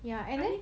ya and then